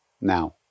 now